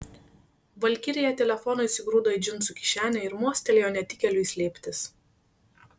valkirija telefoną įsigrūdo į džinsų kišenę ir mostelėjo netikėliui slėptis